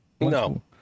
No